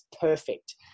perfect